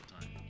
time